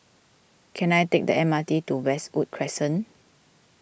can I take the M R T to Westwood Crescent